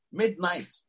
midnight